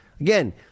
Again